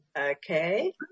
okay